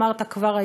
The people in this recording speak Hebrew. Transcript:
אמרת כבר,